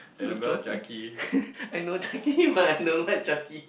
no Chucky I know Chucky but I don't like Chucky